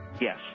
Yes